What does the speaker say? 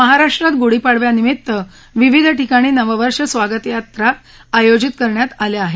महाराष्ट्रात गुढीपाडव्यानिमित्त विविध ठिकाणी नववर्ष स्वागत यात्रा आयोजित करण्यात आल्या आहेत